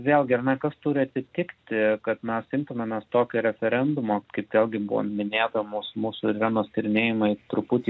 vėlgi ar ne kas turi atsitikti kad mes imtumėmės tokio referendumo kaip vėlgi buvo minėta mūs mūsų irenos tyrinėjimai truputį